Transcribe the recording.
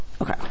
Okay